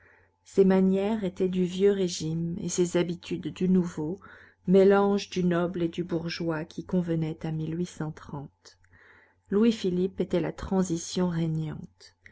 ses manières étaient du vieux régime et ses habitudes du nouveau mélange du noble et du bourgeois qui convenait à louis-philippe était la transition régnante